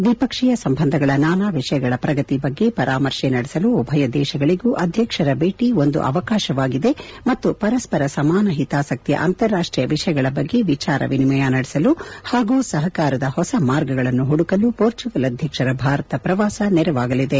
ದ್ವೀಪಕ್ಷೀಯ ಸಂಬಂಧಗಳ ನಾನಾ ವಿಷಯಗಳ ಪ್ರಗತಿ ಬಗ್ಗೆ ಪರಾಮರ್ಶೆ ನಡೆಸಲು ಉಭಯ ದೇಶಗಳಗೂ ಅಧ್ಯಕ್ಷರ ಭೇಟಿ ಒಂದು ಅವಕಾಶವಾಗಿದೆ ಮತ್ತು ಪರಸ್ಪರ ಸಮಾನ ಹಿತಾಸಕ್ತಿಯ ಅಂತಾರಾಷ್ಷೀಯ ವಿಷಯಗಳ ಬಗ್ಗೆ ವಿಚಾರ ವಿನಿಮಯ ನಡೆಸಲು ಹಾಗೂ ಸಹಕಾರದ ಹೊಸ ಮಾರ್ಗಗಳನ್ನು ಹುಡುಕಲು ಪೊರ್ಚುಗಲ್ ಅಧ್ಯಕ್ಷರ ಭಾರತ ಪ್ರವಾಸ ನೆರವಾಗಲಿದೆ